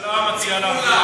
הממשלה מציעה להעביר